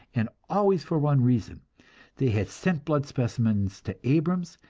and always for one reason they had sent blood specimens to abrams,